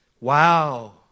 Wow